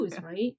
right